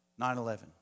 9-11